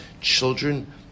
children